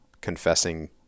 confessing